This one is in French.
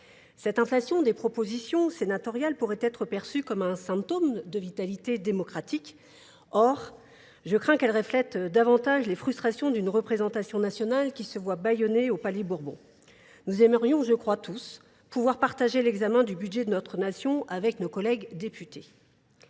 Cette inflation des propositions sénatoriales pourrait être perçue comme un symptôme de vitalité démocratique. Or, je crains qu'elle reflète davantage les frustrations d'une représentation nationale qui se voit baillonnée au palais Bourbon. Nous aimerions, je crois tous, pouvoir partager l'examen du budget de notre nation avec nos collègues députés.